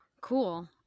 Cool